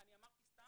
אני אמרתי סתם?